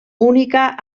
única